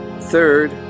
Third